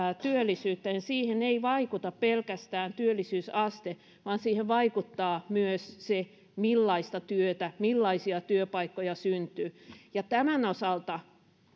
työllisyyttä ei vaikuta pelkästään työllisyysaste vaan siihen vaikuttaa myös se millaista työtä millaisia työpaikkoja syntyy ja tämän osalta